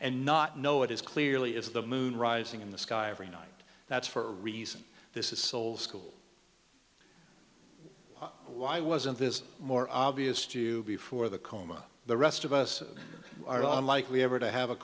and not know it is clearly is the moon rising in the sky every night that's for a reason this is soul school why wasn't this more obvious to before the coma the rest of us are unlikely ever to have a